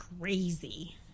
crazy